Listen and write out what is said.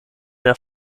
der